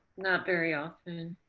not very often.